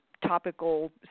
topical